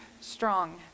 strong